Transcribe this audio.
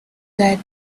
that